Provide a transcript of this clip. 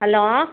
hello